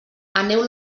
aneu